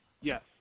Yes